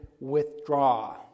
Withdraw